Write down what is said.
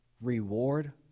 reward